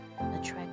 attract